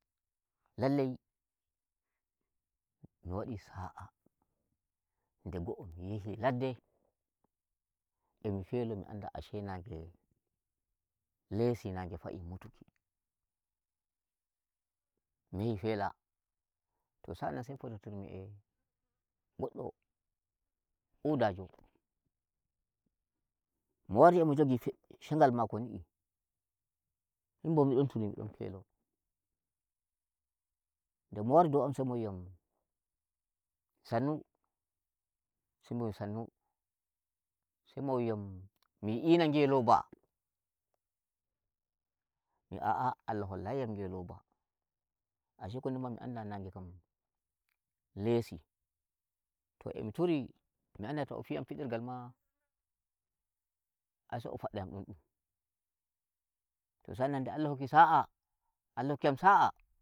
Lallai mi wadi sa'a nde go'o mi yahi ladde, emi felo mi anda ashe nange lesi nage fa'i mutuki mi yahi fela to sa'an nan, fottumi e goddo udajo, mo wari emi jogi fe'i shengal mako ni'i, min bo midon turi mi don felo. nde mo wari dou am sai mo wi sannu, sai mbi momi sannu sai mo wiyam mi yi'ina ngeloba, mbi mi a'a Allah hollayi yam ngeloba. Ashe ko ndon ma mi anda nage kam lesi, to emi turi mi anda to mo fidi yam fidirgal ma, ai sai o fadda yam don ɗum. To sa'an nan nde Allah hokki sa'a Allah hokki yam sa'a